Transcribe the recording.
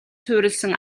суурилсан